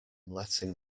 letting